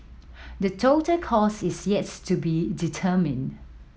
the total cost is yet to be determined